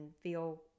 feel